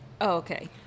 Okay